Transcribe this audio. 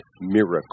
miracle